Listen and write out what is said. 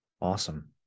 awesome